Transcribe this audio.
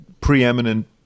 preeminent